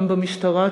גם במשטרה,